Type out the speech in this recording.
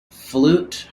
flute